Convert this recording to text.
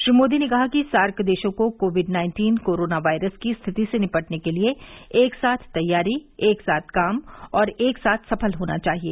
श्री मोदी ने कहा कि सार्क देशों को कोविड नाइन्टीन कोरोना वायरस की स्थिति से निपटने के लिए एक साथ तैयारी एक साथ काम और एक साथ सफल होना चाहिए